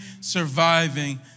Surviving